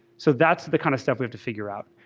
so that's the kind of step we have to figure out.